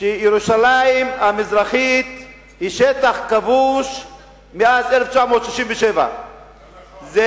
שירושלים המזרחית היא שטח כבוש מאז 1967. לא נכון.